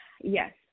Yes